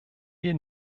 wir